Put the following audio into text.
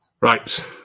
Right